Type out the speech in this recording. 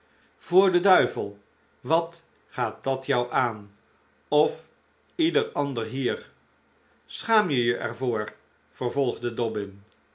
voor den duivel wat gaat dat jou aan of ieder ander hier schaam je je er over vervolgde dobbin